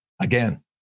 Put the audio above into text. again